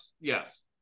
yes